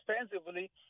expensively